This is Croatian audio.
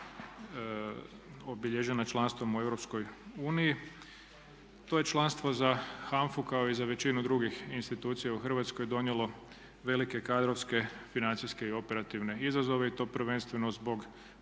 obilježena članstvom u EU. To je članstvo za HANFA-u kao i za većinu drugih institucija u Hrvatskoj donijelo velike kadrovske financijske i operativne izazove i to prvenstveno zbog